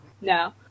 No